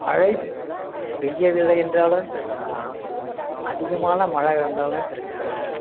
மழை பெய்யவில்லை என்றாலும் பிரச்சனை தான் அதிகமான மழை வந்தாலும் பிரச்சனை தான் இருக்குது